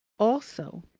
also,